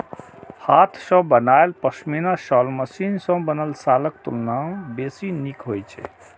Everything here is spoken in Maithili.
हाथ सं बनायल पश्मीना शॉल मशीन सं बनल शॉलक तुलना बेसी नीक होइ छै